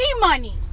money